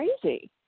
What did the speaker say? crazy